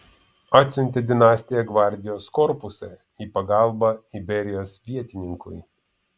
atsiuntė dinastija gvardijos korpusą į pagalbą iberijos vietininkui